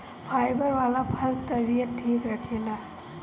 fibre वाला फल तबियत ठीक रखेला